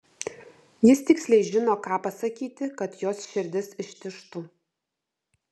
jis tiksliai žino ką pasakyti kad jos širdis ištižtų